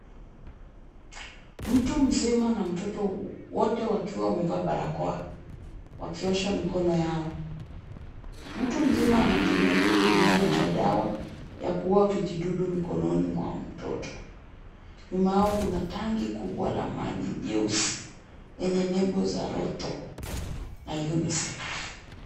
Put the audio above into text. Mtu mzima na mtoto wote wakiwa wamevaa barakoa, wakiosha mikono yao. Mtu mzima anatumia kipulizio cha dawa ya kuua vijidudu mikononi mwamtoto nyuma yao kuna tanki kubwa la maji jeusi lenye nembo za Rotto na UNICEF.